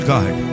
God